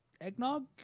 eggnog